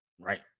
Right